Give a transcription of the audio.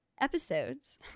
episodes